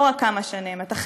לא רק כמה שנים, את החיים,